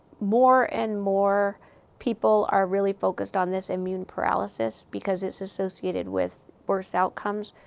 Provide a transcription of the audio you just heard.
more and more people are really focused on this immune paralysis, because it's associated with worse outcomes.